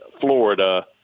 Florida